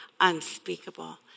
unspeakable